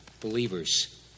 believers